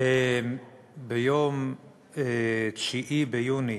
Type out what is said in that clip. ביום 9 ביוני,